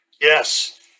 Yes